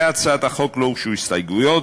להצעת החוק לא הוגשו הסתייגויות,